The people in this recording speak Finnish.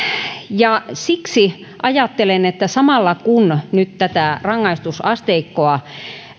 siksi ajattelen että samalla kun nyt tätä rangaistusasteikkoa